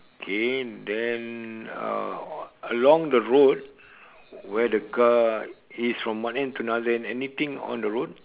okay then uh along the road where the car is from one end to another end anything on the road